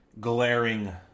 glaring